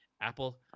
Apple